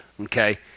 okay